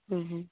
ᱱ ᱦᱮᱸ ᱦᱮᱸ